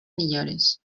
millores